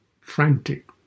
frantic